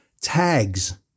tags